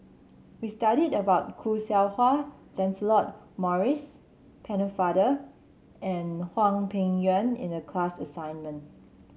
we studied about Khoo Seow Hwa Lancelot Maurice Pennefather and Hwang Peng Yuan in the class assignment